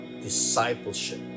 discipleship